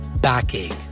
backache